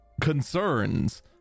concerns